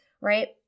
right